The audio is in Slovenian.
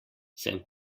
sem